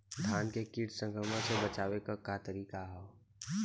धान के कीट संक्रमण से बचावे क का तरीका ह?